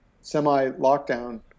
semi-lockdown